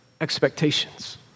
expectations